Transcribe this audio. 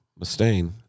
Mustaine